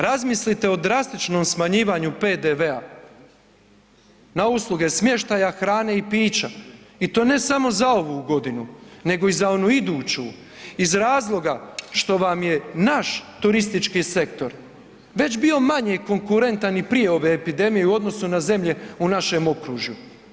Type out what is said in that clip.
Razmislite o drastičnom smanjivanju PDV-a na usluge smještaja, hrane i pića i to ne samo za ovu godinu nego i za onu iduću iz razloga što vam je naš turistički sektor već bio manje konkurentan i prije ove epidemije u odnosu na zemlje u našem okružju.